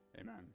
Amen